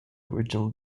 original